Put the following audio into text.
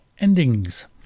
Endings